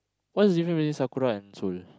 what's the difference between Sakura and Seoul